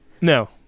No